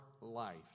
life